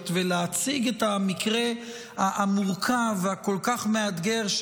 ולהציג את המקרה המורכב והכל-כך מאתגר,